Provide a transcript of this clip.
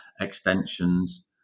extensions